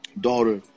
daughter